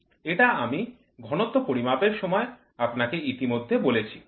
এটা আমি ঘনত্ব পরিমাপের সময় আপনাকে ইতিমধ্যে বলেছি